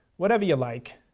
what ever you like.